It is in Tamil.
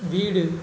வீடு